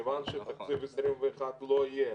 מכיוון שתקציב 2021 לא יהיה